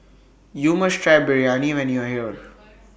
YOU must Try Biryani when YOU Are here